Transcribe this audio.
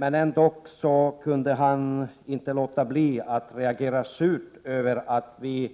Men Birger Rosqvist kunde ändå inte låta bli att reagera surt över att vi